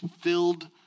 Filled